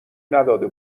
نداده